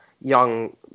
Young